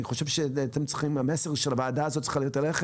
אני חושב שהמסר של הוועדה הזאת אליכם